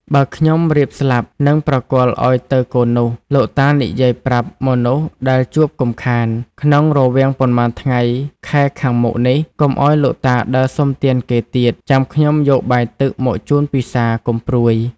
បើខ្ញុំរៀបស្លាប់នឹងប្រគល់ឱ្យទៅកូននោះ លោកតានិយាយប្រាប់មនុស្សដែលជួបកុំខាន ក្នុងរវាងប៉ុន្មានថ្ងៃខែខាងមុខនេះកុំឱ្យលោកតាដើរសុំទានគេទៀតចាំខ្ញុំយកបាយទឹក មកជូនពិសាកុំព្រួយ ”។